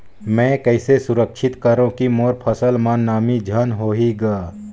मैं कइसे सुरक्षित करो की मोर फसल म नमी झन होही ग?